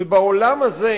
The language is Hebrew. ובעולם הזה,